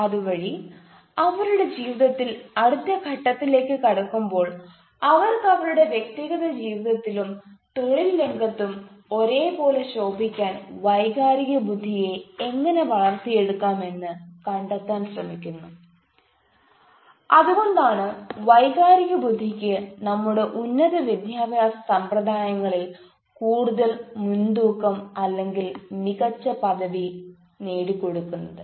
അതുവഴി അവരുടെ ജീവിതത്തിന്റെ അടുത്ത ഘട്ടത്തിലേക്ക് കടക്കുമ്പോൾ അവർക്ക് അവരുടെ വ്യക്തിഗത ജീവിതത്തിലും തൊഴിൽ രംഗത്തും ഒരേ പോലെ ശോഭിക്കാൻ വൈകാരിക ബുദ്ധിയെ എങ്ങനെ വളർത്തി എടുക്കാം എന്ന് കണ്ടെത്താൻ ശ്രമിക്കുന്നു അതുകൊണ്ടാണ് വൈകാരിക ബുദ്ധിക്ക് നമ്മുടെ ഉന്നത വിദ്യാഭ്യാസ സമ്പ്രദായങ്ങളിൽ കൂടുതൽ മുൻ തൂക്കം അല്ലെങ്കിൽ മികച്ച പദവി നേടി കൊടുക്കുന്നത്